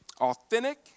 Authentic